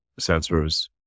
sensors